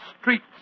streets